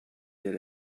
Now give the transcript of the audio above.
did